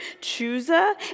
Chusa